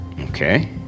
Okay